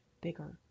bigger